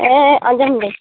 ᱮᱻ ᱟᱸᱡᱚᱢᱵᱮᱱ